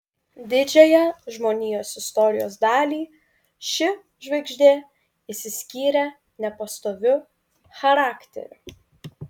didžiąją žmonijos istorijos dalį ši žvaigždė išsiskyrė nepastoviu charakteriu